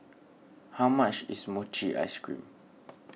how much is Mochi Ice Cream